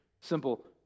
Simple